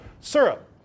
syrup